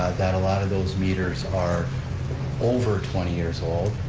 that a lot of those meters are over twenty years old,